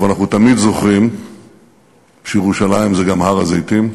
אבל אנחנו תמיד זוכרים שירושלים זה גם הר-הזיתים,